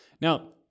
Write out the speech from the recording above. Now